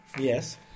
Yes